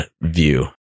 view